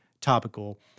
topical